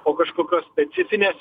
o kažkokios specifinės